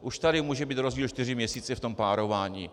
Už tady může být rozdíl čtyři měsíce v tom párování.